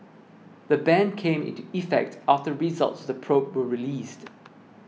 the ban came into effect after results of the probe were released